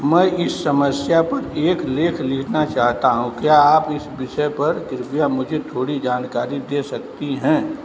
मैं इस समस्या पर एक लेख लिखना चाहता हूँ क्या आप इस विषय पर कृपया मुझे थोड़ी जानकारी दे सकती हैं